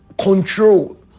control